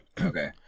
Okay